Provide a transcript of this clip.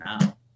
now